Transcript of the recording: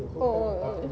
oh